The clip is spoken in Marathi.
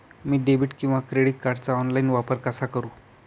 मी डेबिट किंवा क्रेडिट कार्डचा ऑनलाइन वापर कसा करु?